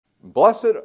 Blessed